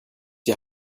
die